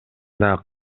дагы